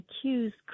accused